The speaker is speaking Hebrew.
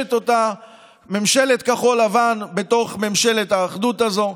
שמקדשת אותה ממשלת כחול לבן בתוך ממשלת האחדות הזו,